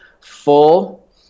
full